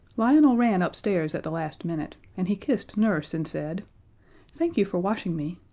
lionel ran upstairs at the last minute, and he kissed nurse and said thank you for washing me.